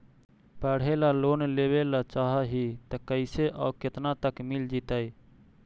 पढ़े ल लोन लेबे ल चाह ही त कैसे औ केतना तक मिल जितै?